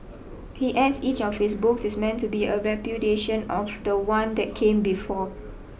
he adds each of his books is meant to be a repudiation of the one that came before